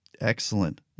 Excellent